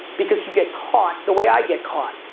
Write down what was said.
because you get caught, the way i get caught.